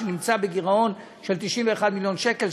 שנמצא בגירעון של 91 מיליון שקל,